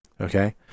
okay